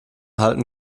halten